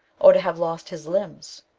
or to have lost his limbs.